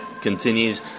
continues